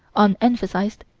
unemphasized,